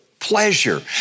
pleasure